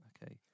Okay